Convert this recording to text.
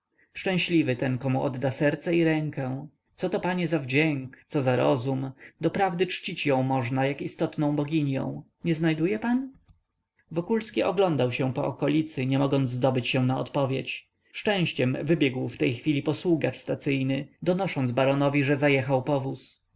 szczęśliwy ten komu odda serce i rękę coto panie za wdzięk co za rozum doprawdy czcić ją można jak istotną boginią nie znajduje pan wokulski oglądał się po okolicy nie mogąc zdobyć się na odpowiedź szczęściem wybiegł w tej chwili posługacz stacyjny donosząc baronowi że zajechał powóz